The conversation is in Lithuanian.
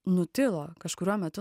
nutilo kažkuriuo metu